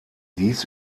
dies